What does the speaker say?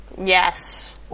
Yes